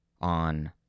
on